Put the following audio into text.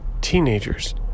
teenagers